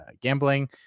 gambling